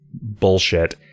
bullshit